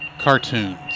Cartoons